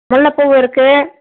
முல்லை பூ இருக்குது